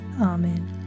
Amen